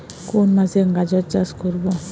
কোন মাসে গাজর চাষ করব?